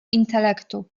intelektu